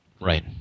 Right